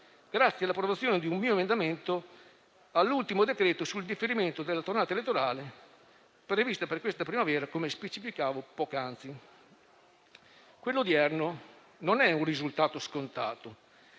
grazie all'approvazione di un mio emendamento all'ultimo decreto sul differimento della tornata elettorale prevista per questa primavera, così come ho specificato poc'anzi. Quello odierno non è un risultato scontato.